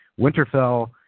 Winterfell